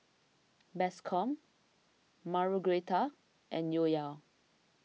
Bascom Margueritta and Yoel